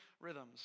rhythms